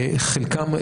חלקם,